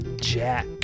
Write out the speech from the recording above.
Jack